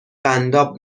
قنداب